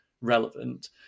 relevant